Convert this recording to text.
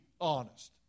honest